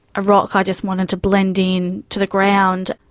a rock, i just wanted to blend in to the ground.